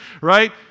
right